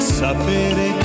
sapere